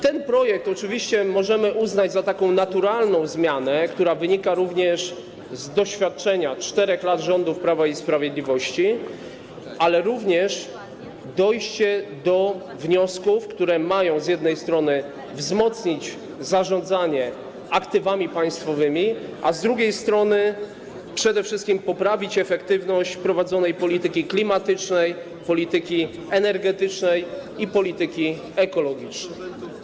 Ten projekt możemy oczywiście uznać za naturalną zmianę, która wynika również z doświadczenia 4 lat rządów Prawa i Sprawiedliwości, ale także za dojście do wniosków, które mają z jednej strony wzmocnić zarządzanie aktywami państwowymi, a z drugiej strony przede wszystkim poprawić efektywność prowadzonej polityki klimatycznej, polityki energetycznej i polityki ekologicznej.